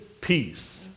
peace